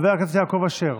חבר הכנסת יעקב אשר,